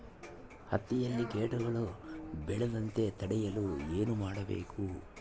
ಹತ್ತಿಯಲ್ಲಿ ಕೇಟಗಳು ಬೇಳದಂತೆ ತಡೆಯಲು ಏನು ಮಾಡಬೇಕು?